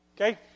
Okay